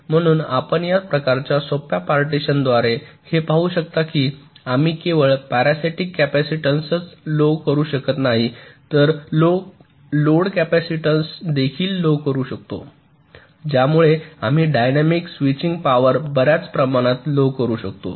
म्हणून आपण या प्रकारच्या सोप्या पार्टीशन द्वारे हे पाहू शकता की आम्ही केवळ पॅरासिटिक कॅपॅसिटन्स च लो करू शकत नाही तर लोड कॅपेसिटन्स देखील लो करू शकतो ज्यामुळे आम्ही डायनॅमिक स्विचिंग पॉवर बर्याच प्रमाणात लो करू शकतो